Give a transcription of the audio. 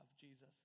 Jesus